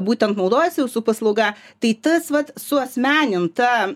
būtent naudojasi jūsų paslauga tai tas vat suasmeninta